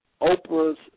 Oprah's